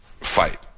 fight